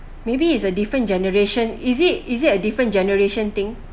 maybe it's a different generation is it is it a different generation thing